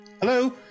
Hello